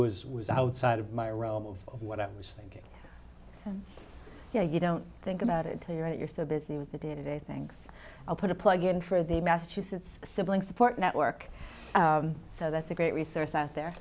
was was outside of my realm of what i was thinking yeah you don't think about it to write you're so busy with the day to day things i'll put a plug in for the massachusetts sibling support network so that's a great resource out there